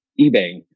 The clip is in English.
eBay